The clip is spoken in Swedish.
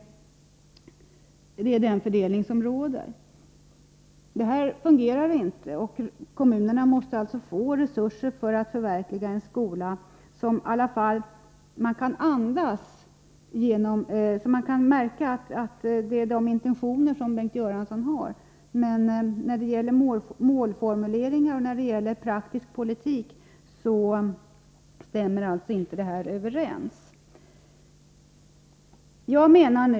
Det här fungerar inte. Kommunerna måste alltså få resurser för att kunna förverkliga en skola enligt Bengt Göranssons intentioner. Målformuleringarna och praktisk politik stämmer inte överens.